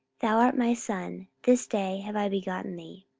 thou art my son, this day have i begotten thee.